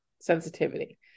sensitivity